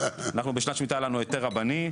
בשנת שמיטה היה לנו היתר רבני,